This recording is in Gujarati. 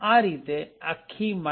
આ રીતે આખી mylib